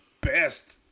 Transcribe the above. best